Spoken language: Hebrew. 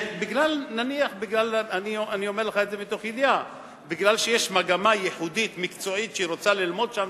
נניח מכיוון שיש מגמה ייחודית מקצועית שהיא רוצה ללמוד בה,